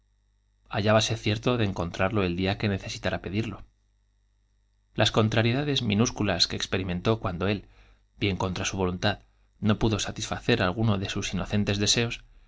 hallábase cierto de encontrarlo el día que necesitara pedirlo las contrariedades minúsculas que experimentó cuando él bien contra su voluntad no pudo satisfacer alguno de inocentes deseos